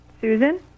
Susan